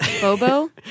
Bobo